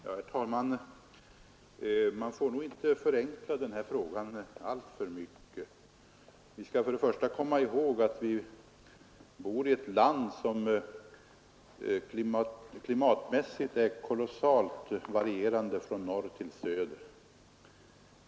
Herr talman! Man får nog inte förenkla denna fråga alltför mycket. Vi skall komma ihåg att vi bor i ett land, där klimatet varierar kolossalt från norr till söder.